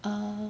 err